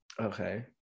Okay